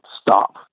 stop